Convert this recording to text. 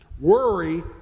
worry